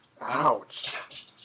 Ouch